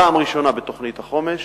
פעם ראשונה בתוכנית החומש,